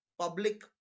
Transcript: public